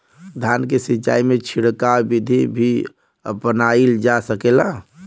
धान के सिचाई में छिड़काव बिधि भी अपनाइल जा सकेला?